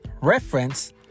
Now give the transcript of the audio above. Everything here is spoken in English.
reference